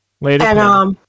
Later